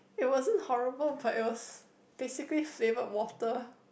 it wasn't horrible but it was basically flavoured water